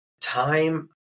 time